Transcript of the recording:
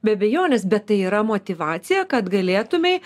be abejonės bet tai yra motyvacija kad galėtumei